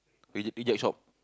reject reject shop